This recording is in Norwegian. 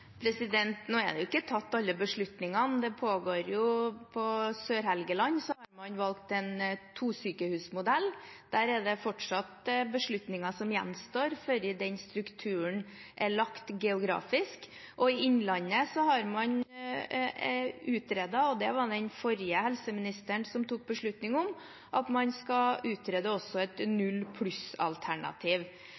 ikke tatt. På Sør-Helgeland har man valgt en to-sykehusmodell. Der er det fortsatt beslutninger som gjenstår før den geografiske strukturen er lagt. For Innlandet har man besluttet – og det var det den forrige helseministeren som gjorde – å utrede også et null-pluss-alternativ. Så vi er fortsatt ikke helt enige om